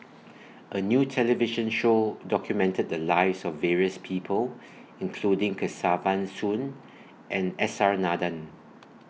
A New television Show documented The Lives of various People including Kesavan Soon and S R Nathan